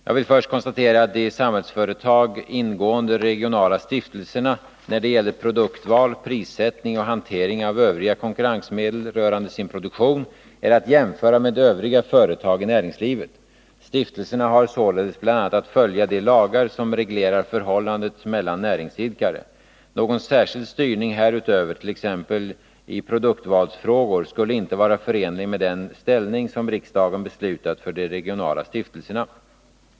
Jag vill först konstatera att de i Samhällsföretag ingående regionala stiftelserna när det gäller produktval, prissättning och hantering av övriga konkurrensmedel rörande sin produktion är att jämföra med övriga företag i näringslivet. Stiftelserna har således bl.a. att följa de lagar som reglerar förhållandet mellan näringsidkare. Någon särskild styrning härutöver, t.ex. i produktvalsfrågor, skulle inte vara förenlig med den ställning som riksdagen beslutat för de regionala stiftelserna.